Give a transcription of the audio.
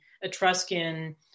Etruscan